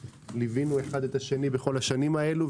שליווי אחד את השני בכל השנים האלו.